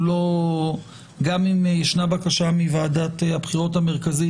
גם אם ישנה בקשה מוועדת הבחירות המרכזית